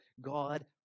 God